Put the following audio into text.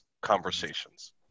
conversations